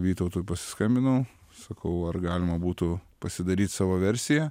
vytautui pasiskambinau sakau ar galima būtų pasidaryt savo versiją